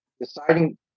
deciding